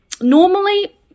Normally